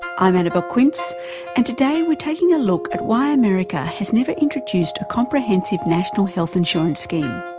i'm annabelle quince and today we're taking a look at why america has never introduced a comprehensive national health insurance scheme.